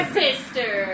sister